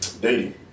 dating